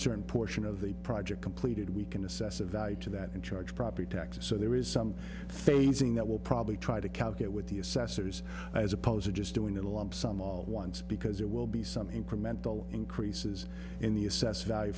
certain portion of the project completed we can assess a value to that and charge property taxes so there is some phasing that will probably try to calc it with the assessors as opposed to just doing a lump sum all once because there will be some incremental increases in the assessed value